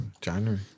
January